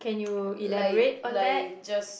like like just